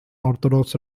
orthodox